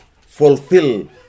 fulfill